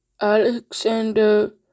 Alexander